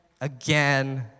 again